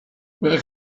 work